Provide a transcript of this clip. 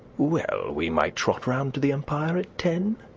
well, we might trot round to the empire at ten?